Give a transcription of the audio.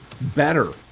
better